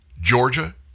Georgia